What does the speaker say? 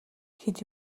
хэд